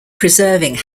preserving